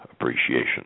appreciation